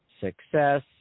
success